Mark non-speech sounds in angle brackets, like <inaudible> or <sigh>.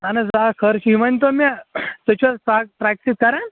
اہن حظ آ خٲرٕے چھُ یہِ ؤنۍتو مےٚ تُہۍ چھُو حظ <unintelligible> ٹرٛٮ۪کہِ سۭتۍ کران